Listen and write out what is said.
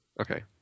Okay